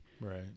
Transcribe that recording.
Right